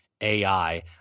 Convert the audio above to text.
AI